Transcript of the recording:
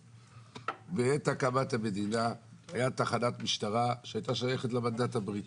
בעת הקמת המדינה היה תחנת משטרה שהייתה שייכת למנדט הבריטי.